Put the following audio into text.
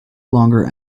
longer